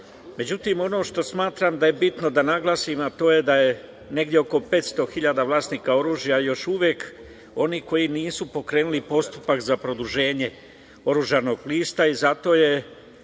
ono što smatram da je bitno da naglasim, a to je da je negde oko 500 hiljada vlasnika oružja još uvek onih koji nisu pokrenuli postupak za produženje oružanog lista i zato je